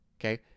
Okay